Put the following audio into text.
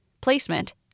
placement